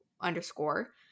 underscore